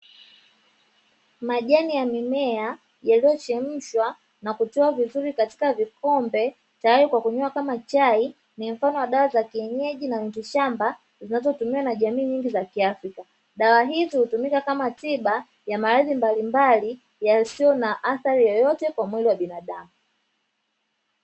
Majani ya mimea yaliyochemshwa na kutiwa vizuri katika vikombe tayari kwa kunywa kama chai, ni mfano wa dawa za kienyeji na miti shamba zinazotumiwa na jamii nyingi za kiafrika. Dawa hizi hutumika kama tiba ya maradhi mbalimbali na yasiyo na athari yeyote kwa mwili wa binadamu.